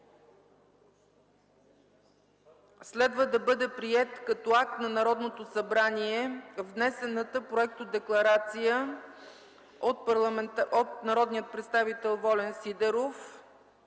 следва да бъде приета като акт на Народното събрание внесената проектодекларация от народния представител Волен Сидеров